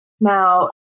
Now